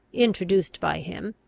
introduced by him,